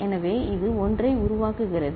எனவே இது 1 ஐ உருவாக்குகிறது